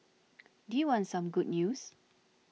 do you want some good news